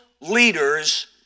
leaders